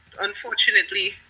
unfortunately